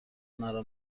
مرا